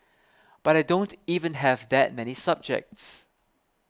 but I don't even have that many subjects